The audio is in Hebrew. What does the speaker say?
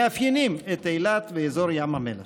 מאפיינים את אילת ואזור ים המלח.